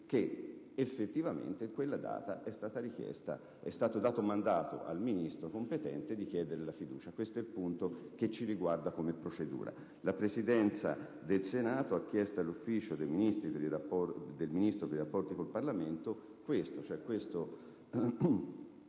che effettivamente in quella data è stata richiesta, e ne è stato dato mandato al Ministro competente, di porre la fiducia. Questo è il punto che ci riguarda come procedura. La Presidenza del Senato ha chiesto all'ufficio del Ministro per i rapporti con il Parlamento il verbale,